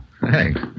Thanks